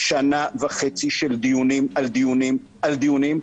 שנה וחצי של דיונים על דיונים על דיונים.